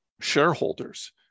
shareholders